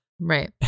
Right